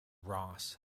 ross